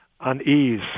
Unease